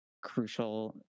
crucial